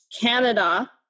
Canada